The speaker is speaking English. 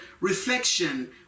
reflection